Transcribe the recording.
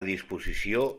disposició